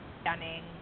stunning